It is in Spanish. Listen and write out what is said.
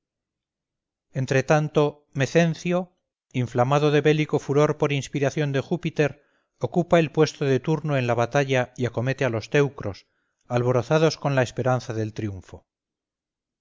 entre tanto mecencio inflamado de bélico furor por inspiración de júpiter ocupa el puesto de turno en la batalla y acomete a los teucros alborozados con la esperanza del triunfo